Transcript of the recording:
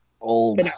Old